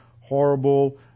horrible